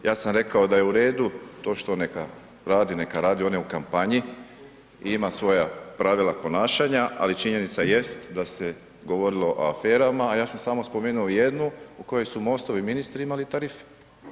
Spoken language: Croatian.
Ja sam rekao da je u redu, to što neka radi, neka radi, on je u kampanji i ima svoja pravila ponašanja, ali činjenica jest da se govorilo o aferama, a ja sam samo spomenuo jednu u kojoj su MOST-ovi ministri imali tarifu.